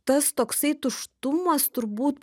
tas toksai tuštumas turbūt